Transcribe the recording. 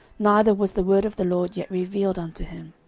neither was the word of the lord yet revealed unto him.